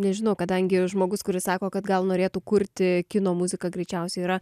nežinau kadangi žmogus kuris sako kad gal norėtų kurti kino muziką greičiausiai yra